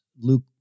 Luke